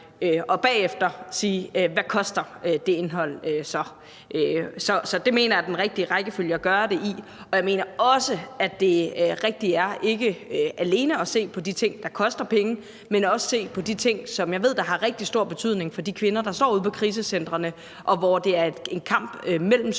og bagefter spørge, hvad det indhold så koster. Det mener jeg er den rigtige rækkefølge at gøre det i, og jeg mener også, at det rigtige ikke alene er at se på de ting, der koster penge, men også se på de ting, som jeg ved har rigtig stor betydning for de kvinder, der står ude på krisecentrene, og hvor det er en kamp mellem